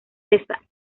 cesar